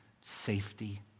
safety